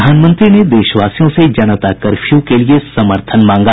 प्रधानमंत्री ने देशवासियों से जनता कर्फ्यू के लिए समर्थन मांगा